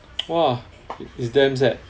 !wah! it's damn sad